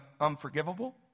unforgivable